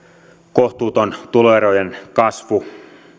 kohtuuton tuloerojen kasvu